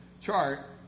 chart